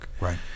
Right